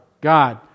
God